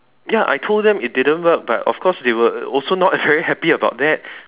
ya I told them it didn't work but of course they were also not very happy about that